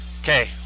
okay